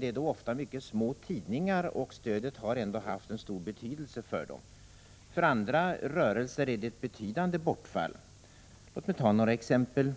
Det är då ofta mycket små tidningar, och stödet har därmed haft en stor betydelse för dem. För andra rörelser blir det ett betydande bortfall. Låt mig ta några exempel.